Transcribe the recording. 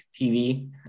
TV